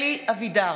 (קוראת בשמות חברי הכנסת) אלי אבידר,